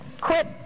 quit